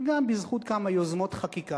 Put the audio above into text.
גם בזכות כמה יוזמות חקיקה,